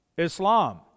Islam